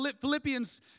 Philippians